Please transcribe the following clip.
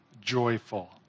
joyful